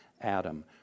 Adam